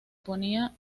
ponía